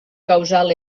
causal